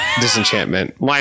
disenchantment